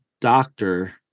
doctor